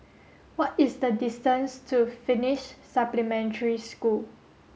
what is the distance to Finnish Supplementary School